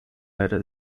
leider